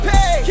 Pay